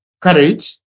courage